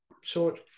short